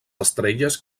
estrelles